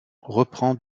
reprend